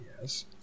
Yes